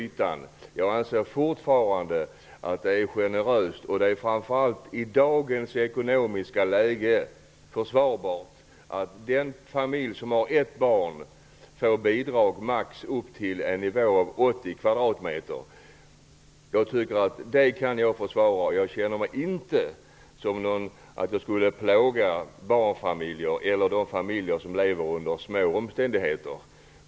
Jag anser fortfarande att ytorna är generösa. Det är framför allt i dagens ekonomiska läge försvarbart att den familj som har ett barn får bidrag för upp till maximalt 80 kvadratmeter. Det kan jag försvara, och jag känner inte att detta skulle plåga barnfamiljer eller de familjer som lever under små omständigheter.